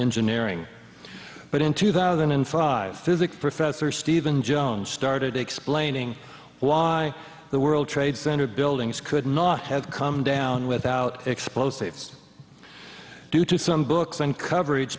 engineering but in two thousand and five physics professor stephen jones started explaining why the world trade center buildings could not have come down without explosives due to some books and coverage